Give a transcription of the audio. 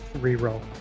re-roll